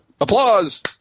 Applause